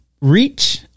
reach